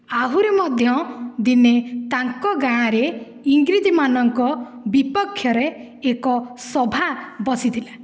ଆହୁରି ମଧ୍ୟ ଦିନେ ତାଙ୍କ ଗାଁରେ ଇଂରେଜ୍ମାନଙ୍କ ବିପକ୍ଷରେ ଏକ ସଭା ବସିଥିଲା